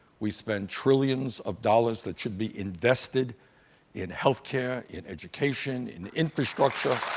we spent trillions of dollars that should be invested in healthcare, in education, in infrastructure.